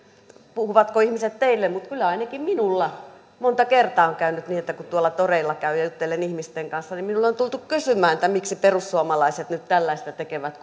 puhuvatko ihmiset teille mutta kyllä ainakin minulla monta kertaa on käynyt niin että kun tuolla toreilla käy ja juttelen ihmisten kanssa niin minulta on tultu kysymään miksi perussuomalaiset nyt tällaista tekevät